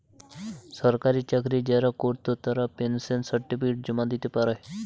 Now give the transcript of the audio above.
সরকারি চাকরি যারা কোরত তারা পেনশন সার্টিফিকেট জমা দিতে পারে